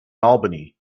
albany